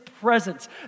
presence